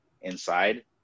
inside